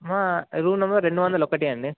మా room number రెండు వందల ఒక్కటి అండి